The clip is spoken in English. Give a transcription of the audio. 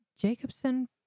Jacobson